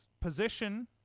position